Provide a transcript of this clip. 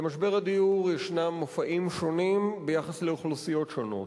למשבר הדיור יש מופעים שונים ביחס לאוכלוסיות שונות.